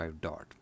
dot